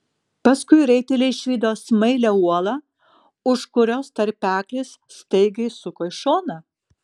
paskui raiteliai išvydo smailią uolą už kurios tarpeklis staigiai suko į šoną